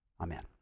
Amen